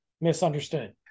Misunderstood